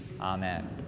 Amen